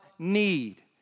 need